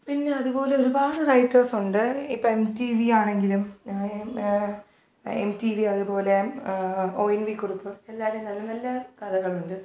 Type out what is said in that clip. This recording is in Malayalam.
പിന്നെ അതുപോലൊരുപാട് റൈറ്റേഴ്സൊണ്ട് ഇപ്പോൾ എം ടി വി ആണെങ്കിലും എം ടി വി അത്പോലെ ഒ എൻ വി കുറുപ്പ് എല്ലാവരും നല്ല നല്ല കഥകളുണ്ട്